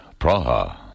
Praha